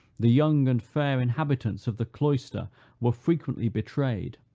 the young and fair inhabitants of the cloister were frequently betrayed,